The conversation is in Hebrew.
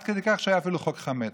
עד כדי כך שהיה אפילו חוק חמץ,